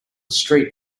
street